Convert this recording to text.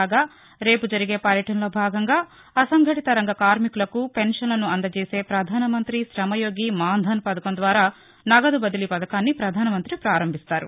కాగా రేపు జరిగే పర్యటనలో భాగంగా అసంఘటీత రంగ కార్మికులకు పెన్షన్లు అందజేసే ప్రధానమంతి శమ యోగీ మన్ ధన్ పథకం ద్వారా నగదు బదిలీ పథకాన్ని పధానమంత్రి పారంభిస్తారు